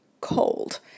cold